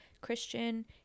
Christian